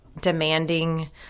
demanding